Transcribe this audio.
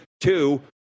Two